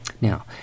now